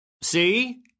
See